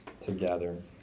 together